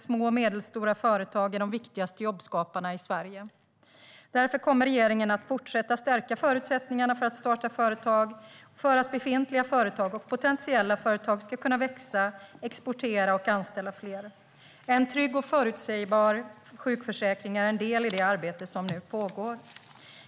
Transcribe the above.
Små och medelstora företag är de viktigaste jobbskaparna i Sverige. Därför kommer regeringen att fortsätta stärka förutsättningarna för att starta företag och för att befintliga företag och potentiella företag ska kunna växa, exportera och anställa fler. En trygg och förutsebar sjukförsäkring är en del i det arbete som pågår.